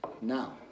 Now